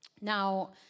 Now